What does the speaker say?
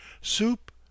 Soup